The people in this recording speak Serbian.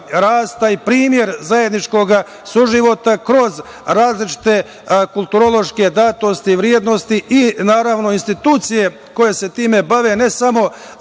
i primer zajedničkog suživota kroz različite kulturološke vrednosti i, naravno, institucije koje se time bave ne samo